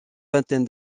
vingtaine